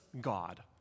God